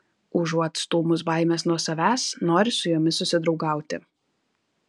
užuot stūmus baimes nuo savęs nori su jomis susidraugauti